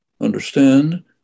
understand